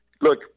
Look